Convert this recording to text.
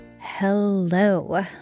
Hello